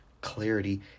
clarity